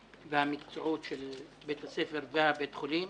והמקצועות של בית הספר ובית החולים.